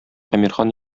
әмирхан